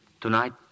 tonight